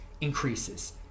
increases